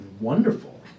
wonderful